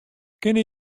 kinne